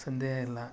ಸಂದೇಹ ಇಲ್ಲ